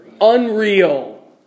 unreal